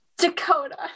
Dakota